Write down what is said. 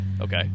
Okay